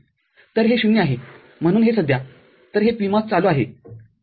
तरहे ० आहे म्हणजे हे सध्यातर हे PMOS चालू आहे बरोबर